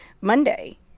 Monday